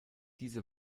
diese